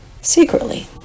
secretly